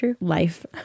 life